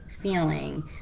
feeling